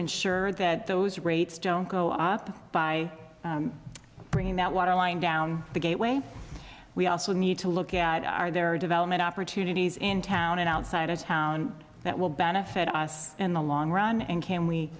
ensure that those rates don't go up by bringing that water line down the gateway we also need to look at are there development opportunities in town and outside of town that will benefit us in the long run and can we